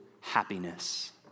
happiness